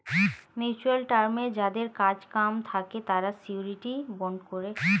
mutual টার্মে যাদের কাজ কাম থাকে তারা শিউরিটি বন্ড করে